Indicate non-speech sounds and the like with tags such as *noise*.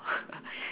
*laughs*